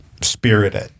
Spirited